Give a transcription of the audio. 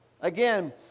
Again